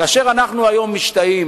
כאשר אנחנו היום משתאים